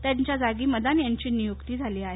त्यांच्या जागी मदान यांची नियुक्ती झाली आहे